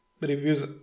Reviews